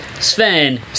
Sven